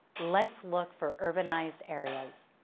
let's look for urbanized areas.